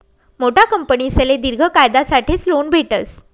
मोठा कंपनीसले दिर्घ कायसाठेच लोन भेटस